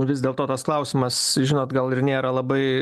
vis dėl to tas klausimas žinot gal ir nėra labai